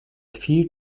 few